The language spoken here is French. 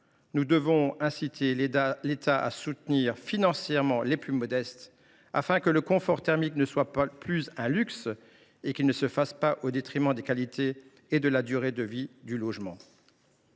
Nous devons inciter l’État à soutenir financièrement les plus modestes, afin que le confort thermique ne soit plus un luxe et ne soit pas acquis au détriment des qualités et de la durée de vie du logement.